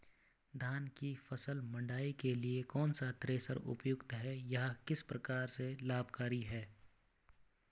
धान की फसल मड़ाई के लिए कौन सा थ्रेशर उपयुक्त है यह किस प्रकार से लाभकारी है?